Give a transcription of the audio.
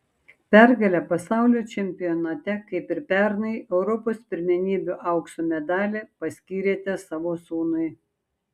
pergalę pasaulio čempionate kaip ir pernai europos pirmenybių aukso medalį paskyrėte savo sūnui